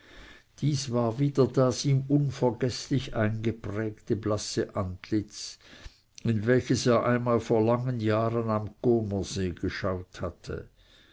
dies war wieder das ihm unvergeßlich eingeprägte blasse antlitz in welches er einmal vor langen jahren am comersee geschaut hatte